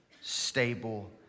stable